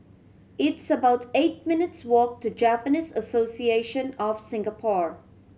it's about eight minutes' walk to Japanese Association of Singapore